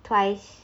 twice